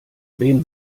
wen